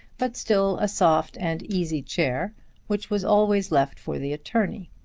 but still a soft and easy chair which was always left for the attorney.